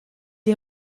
est